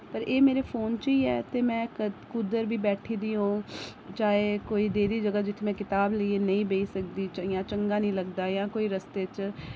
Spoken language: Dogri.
पर एह् मेरे फोन च ही ऐ ते में कुद्धर बी बैठी दी होआं चाहे कोई देह् दी जगह् जित्थै में कताब लेइयै नेईं बेही सकदी इ'यां चंगा निं लगदा जां कोई रस्ते च